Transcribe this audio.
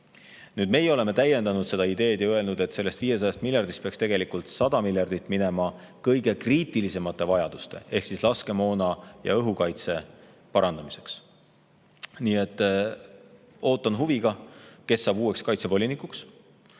Meie oleme täiendanud seda ideed ja öelnud, et sellest 500 miljardist peaks 100 miljardit minema kõige kriitilisemate vajaduste ehk laskemoonavarude ja õhukaitse parandamiseks. Nii et ootan huviga, kes saab uueks kaitsevolinikuks.